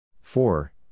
four